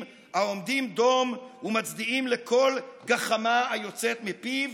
העומדים דום ומצדיעים לכל גחמה היוצאת מפיו,